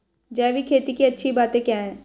जैविक खेती की अच्छी बातें क्या हैं?